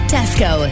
Tesco